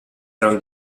erano